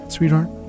sweetheart